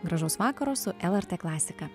gražaus vakaro su lrt klasika